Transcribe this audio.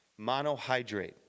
monohydrate